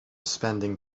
spending